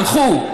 הלכו.